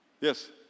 Yes